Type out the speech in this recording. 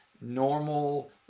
normal